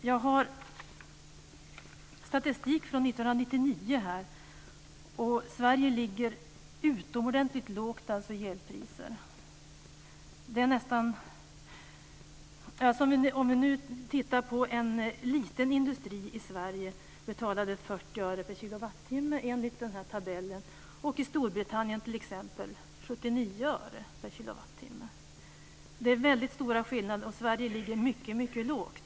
Jag har statistik från 1999. Sverige ligger utomordentligt lågt med elpriserna. En liten industri i Sverige betalade enligt den här tabellen 40 öre per kilowattimme. I Storbritannien betalade man 79 öre per kilowattimme. Det är stora skillnader, och Sverige ligger mycket lågt.